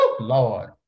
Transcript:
lord